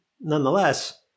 nonetheless